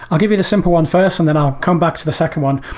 i'll give you the simple one first and then i'll come back to the second one.